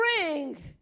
bring